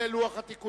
רבותי.